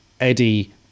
Eddie